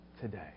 today